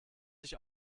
sich